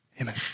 Amen